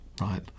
right